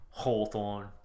Hawthorne